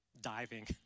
Diving